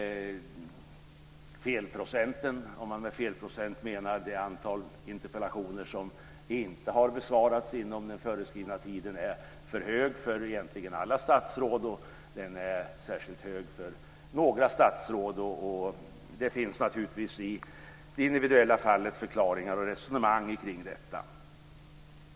Felprocenten, om man med det menar det antal interpellationer som inte har besvarats inom den föreskrivna tiden, är egentligen för stor för alla statsråd, och den är särskilt stor för några statsråd. Det finns naturligtvis i det individuella fallet förklaringar till detta.